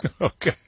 Okay